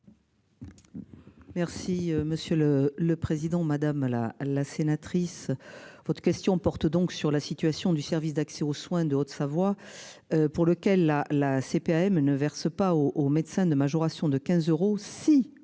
Merci monsieur le le président, madame la la sénatrice. Votre question porte donc sur la situation du service d'accès aux soins de Haute-Savoie. Pour lequel la la CPAM ne verse pas au au médecin de majoration de 15 euros